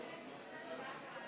לוועדת החוקה,